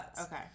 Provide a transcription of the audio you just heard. Okay